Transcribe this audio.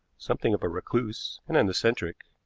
something of a recluse, and an eccentric.